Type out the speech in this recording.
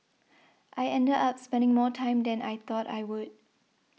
I ended up spending more time than I thought I would